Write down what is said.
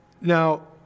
now